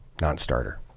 Non-starter